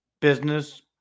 business